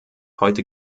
heute